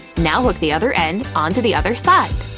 now hook the other end onto the other side.